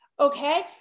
Okay